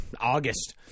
August